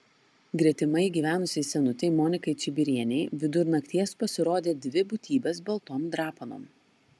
gretimai gyvenusiai senutei monikai čibirienei vidur nakties pasirodė dvi būtybės baltom drapanom